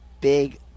big